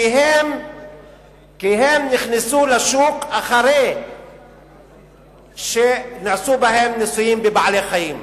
כי הם נכנסו לשוק אחרי שנעשו בהם ניסויים בבעלי-חיים.